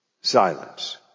Silence